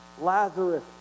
lazarus